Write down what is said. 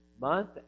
month